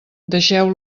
deixeu